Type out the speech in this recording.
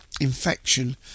infection